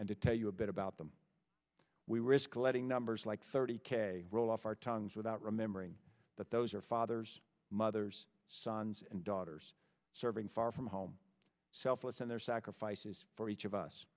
and to tell you a bit about them we risk letting numbers like thirty k roll off our tongues without remembering that those are fathers mothers sons and daughters serving far from home selfless and their sacrifices for each of us